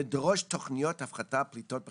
לדרוש תוכניות הפחתת פליטות בחקיקה.